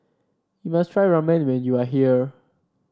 you must try Ramen when you are here